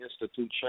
institute